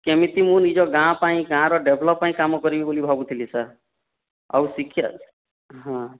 କେମିତି ମୁଁ ନିଜ ଗାଁ ପାଇଁ ଗାଁର ଡେଭେଲପ୍ ପାଇଁ କାମ କରିବି ଭାବୁଥିଲି ସାର୍ ଆଉ ଶିକ୍ଷା ହଁ